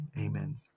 Amen